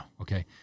Okay